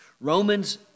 Romans